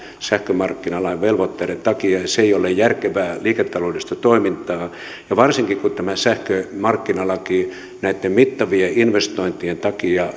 sähkömarkkinalain velvoitteiden takia ja se ei ole järkevää liiketaloudellista toimintaa varsinkaan kun tämä sähkömarkkinalaki näitten mittavien investointien takia